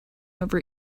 over